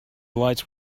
lights